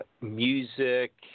music